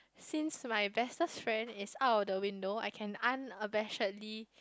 since my bestest friend is out of the window I can unabashedly